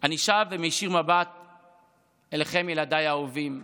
אני שב ומישיר מבט אליכם, ילדיי האהובים,